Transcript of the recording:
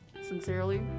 sincerely